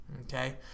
Okay